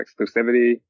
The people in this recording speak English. exclusivity